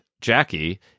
Jackie